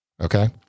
Okay